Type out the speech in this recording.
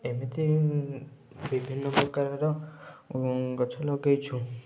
ଏମିତି ବିଭିନ୍ନ ପ୍ରକାରର ଗଛ ଲଗାଇଛୁ